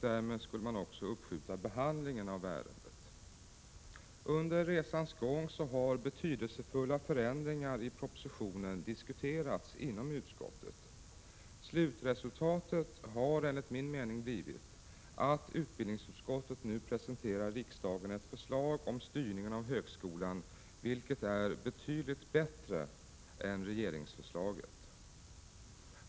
Därmed skulle man även uppskjuta behandlingen av ärendet. Under resans gång har betydelsefulla förändringar i propositionen diskuterats inom utskottet. Slutresultatet har, enligt min mening, blivit att utbildningsutskottet nu presenterar riksdagen ett förslag om styrningen av högskolan vilket är betydligt bättre än regeringsförslaget.